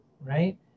right